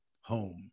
home